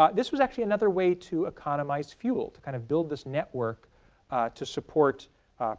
um this was actually another way to economize fuel, to kind of build this network to support